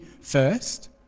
First